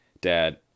Dad